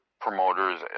promoters